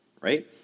right